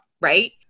right